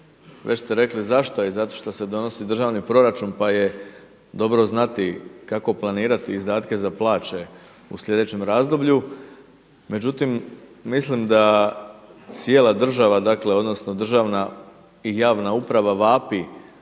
već ste rekli zašto i zato što se donosi državni proračun pa je dobro znati kako planirati izdatke za plaće u sljedećem razdoblju. Međutim, mislim da cijela država dakle odnosno državna i javna uprava vapi